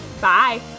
Bye